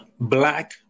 Black